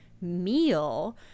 meal